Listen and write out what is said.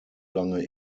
lange